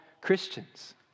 Christians